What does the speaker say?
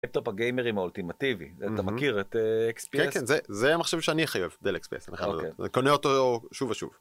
טייפ טופ הגיימרים האולטימטיבי אתה מכיר את זה זה מחשב שאני חייבת דל אקספייס קונה אותו שוב ושוב.